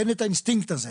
אין את האינסטינקט הזה.